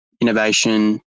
innovation